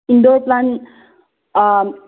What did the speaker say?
indoor plant